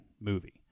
movie